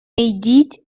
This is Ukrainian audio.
йдіть